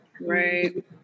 Right